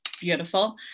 beautiful